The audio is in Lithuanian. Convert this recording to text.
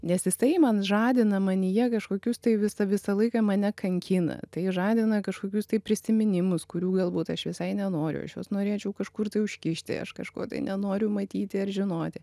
nes jisai man žadina manyje kažkokius tai visa visą laiką mane kankina tai žadina kažkokius tai prisiminimus kurių galbūt aš visai nenoriu aš juos norėčiau kažkur tai užkišti aš kažko nenoriu matyti ir žinoti